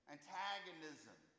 Antagonism